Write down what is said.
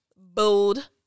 bold